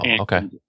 okay